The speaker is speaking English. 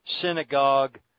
synagogue